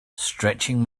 stretching